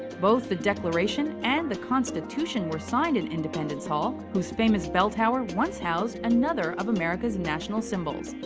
both the declaration and the constitution were signed in independence hall, whose famous bell tower once housed another of america's national symbols,